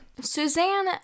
Suzanne